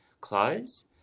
close